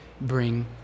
bring